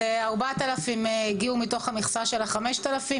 4,000 הגיעו מתוך המכסה של ה-5,000.